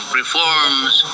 reforms